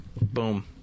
Boom